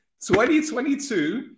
2022